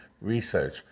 research